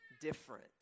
different